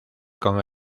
con